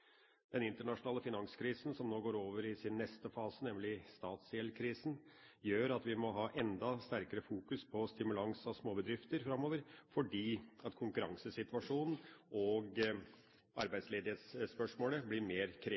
Den internasjonale finanskrisen som nå går over i sin neste fase, nemlig statsgjeldkrisen, gjør at vi må ha enda sterkere fokus på stimulans av småbedrifter framover, fordi konkurransesituasjonen og arbeidsledighetsspørsmålet blir mer